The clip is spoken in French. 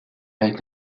avec